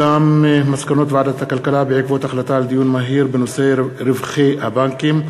מסקנות ועדת הכלכלה בעקבות דיון מהיר בנושאים: רווחי הבנקים,